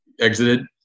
exited